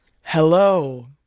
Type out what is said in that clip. Hello